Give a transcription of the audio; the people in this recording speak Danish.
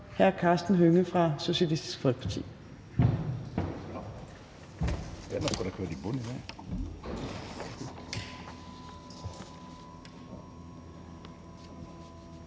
hr. Karsten Hønge fra Socialistisk Folkeparti.